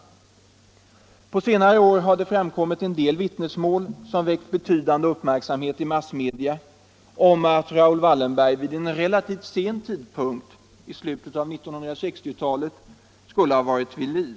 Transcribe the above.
Offentliggörande av På senare år har det framkommit en del vittnesmål som väckt be — handlingar om tydande uppmärksamhet i massmedia om att Raoul Wallenberg vid en = Raoul Wallenberg relativt sen tidpunkt — i slutet av 1960-talet — skulle ha varit vid liv.